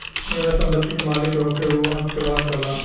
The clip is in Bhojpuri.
एमे संपत्ति के मालिक के होखे उ हक के बात होला